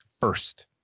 First